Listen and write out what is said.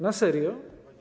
Na serio?